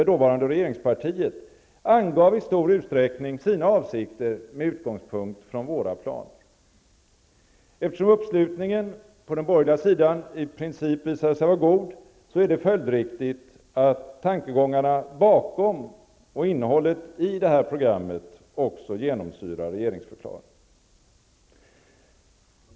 det dåvarande regeringspartiet, angav i stor utsträckning sina avsikter med utgångspunkt från våra planer. Eftersom uppslutningen på den borgerliga sidan i princip visade sig vara god är det följdriktigt att tankegångarna bakom och innehållet i detta program också genomsyrar regeringsförklaringen.